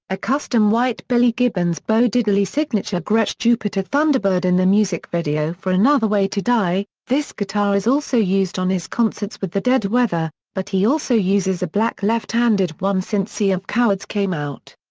a custom white billy gibbons bo diddley signature gretsch jupiter thunderbird in the music video for another way to die, this guitar is also used on his concerts with the dead weather, but he also uses a black left-handed one since sea of cowards came out.